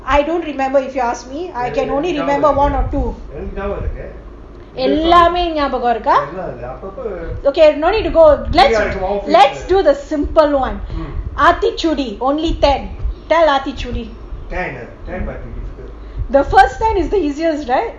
I don't remember if you ask me I can only remember one or two எல்லாமேநியாபகம்இருக்கா:ellame niyabagam iruka okay no need to go let's let's do the simple one Aathichudi only ten the first ten is the easiest right